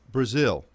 Brazil